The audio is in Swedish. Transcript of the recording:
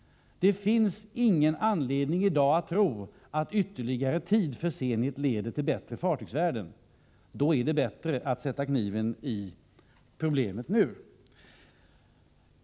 Det finns i dag inte någon anledning att tro att ytterligare tid för Zenit leder till bättre fartygsvärden, och då är det bättre att sätta kniven i problemet nu.